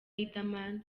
riderman